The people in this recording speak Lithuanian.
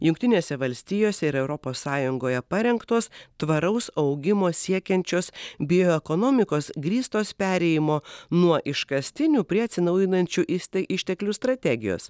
jungtinėse valstijose ir europos sąjungoje parengtos tvaraus augimo siekiančios bioekonomikos grįstos perėjimo nuo iškastinių prie atsinaujinančių iste išteklių strategijos